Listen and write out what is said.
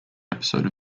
episode